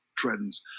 trends